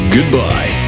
Goodbye